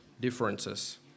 differences